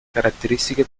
caratteristiche